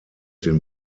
den